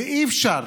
ואי-אפשר,